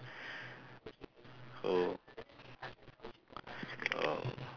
so um